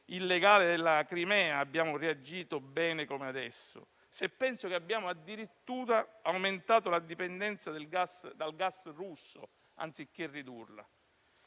illegale della Crimea - abbiamo reagito bene come adesso, se penso che abbiamo addirittura aumentato la dipendenza dal gas russo, anziché ridurla.